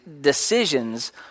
decisions